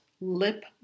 lip